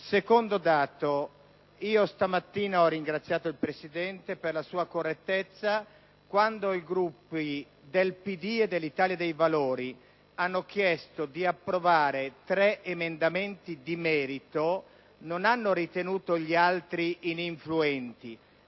Secondo dato. Stamattina ho ringraziato il Presidente per la sua correttezza, perché quando i Gruppi del PD e dell'Italia dei Valori hanno chiesto di approvare tre emendamenti di merito non hanno ritenuto gli altri ininfluenti,